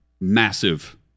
massive